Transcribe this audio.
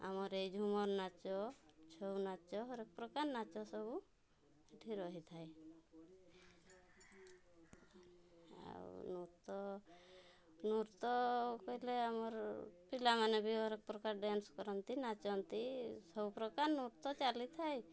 ଆମର ଏଇ ଝୁମର୍ ନାଚ ଛଉ ନାଚ ହର୍ ଏକ୍ ପ୍ରକାର ନାଚ ସବୁ ସେଠି ରହିଥାଏ ଆଉ ନୃତ୍ୟ ନୃତ୍ୟ କହିଲେ ଆମର ପିଲାମାନେ ବି ହର୍ ଏକ୍ ପ୍ରକାର ଡ଼୍ୟାନ୍ସ କରନ୍ତି ନାଚନ୍ତି ସବୁ ପ୍ରକାର ନୃତ୍ୟ ଚାଲିଥାଏ